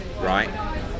right